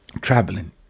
traveling